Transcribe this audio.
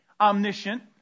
omniscient